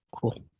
Cool